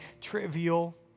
trivial